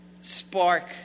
spark